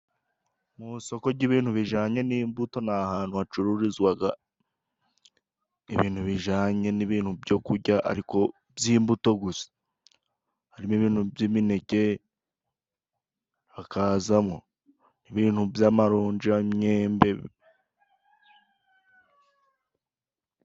Mu isoko ry'ibintu bijanye n'imbuto, nahantu hacururizwaga ibintu bijanye n'ibintu byo kurya ariko by'imbuto gusa, harimo ibintu by'imineke, hakazamo n'ibintu by'amaronja, imyembe.